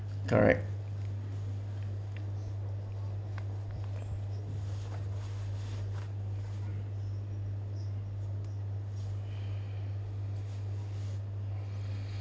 correct